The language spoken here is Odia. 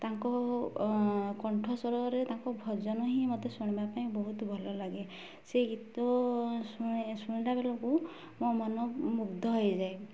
ତାଙ୍କ କଣ୍ଠ ସ୍ୱରରେ ତାଙ୍କ ଭଜନ ହିଁ ମୋତେ ଶୁଣିବା ପାଇଁ ବହୁତ ଭଲ ଲାଗେ ସେ ଗୀତ ଶୁଣିଲା ବେଳକୁ ମୋ ମନ ମୁଗ୍ଧ ହେଇଯାଏ